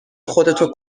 خودتو